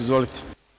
Izvolite.